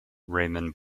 raymond